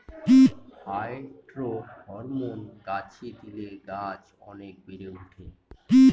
phytohormone গাছে দিলে গাছ অনেক বেড়ে ওঠে